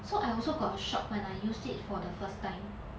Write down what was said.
so I also got shocked when I used it for the first time